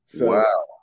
Wow